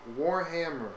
Warhammer